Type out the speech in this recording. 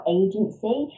agency